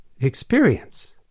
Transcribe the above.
Experience